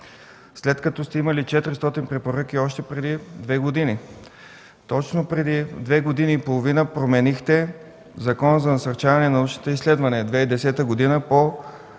след като сте имали 400 препоръки още преди две години? Точно преди две години и половина променихте Закона за насърчаване на научните изследвания – 2010 г., по